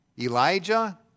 Elijah